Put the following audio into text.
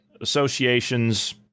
Associations